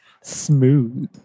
Smooth